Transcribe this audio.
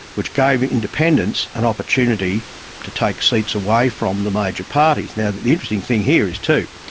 which gave independents an opportunity to take seats away from the major parties. now the the interesting thing here is too,